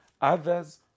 Others